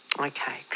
Okay